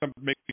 make